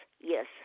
yes